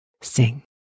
sing